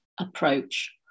approach